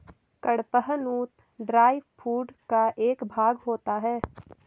कड़पहनुत dry food का एक भाग होता है